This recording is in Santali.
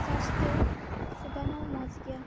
ᱥᱟᱥᱛᱷᱚ ᱥᱮᱵᱟ ᱦᱚᱸ ᱢᱚᱡᱽ ᱜᱮᱭᱟ